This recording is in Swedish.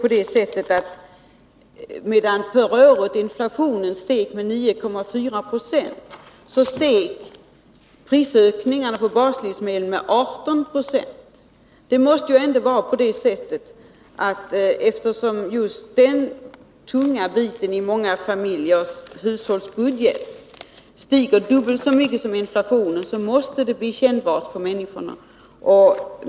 Medan inflationen förra året steg med 9,4 Z0 ökade priserna på baslivsmedel med 18 96. Att matkostnaderna, som är en mycket tung post i många familjers hushållsbudget, steg dubbelt så mycket som inflationen måste vara kännbart för människorna.